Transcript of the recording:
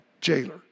jailer